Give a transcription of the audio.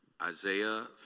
Isaiah